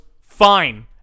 fine